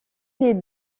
les